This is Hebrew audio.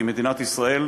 היא מדינת ישראל,